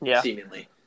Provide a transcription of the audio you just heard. seemingly